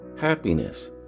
happiness